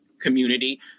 community